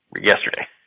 yesterday